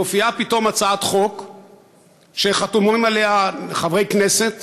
מופיעה פתאום הצעת חוק שחתומים עליה חברי כנסת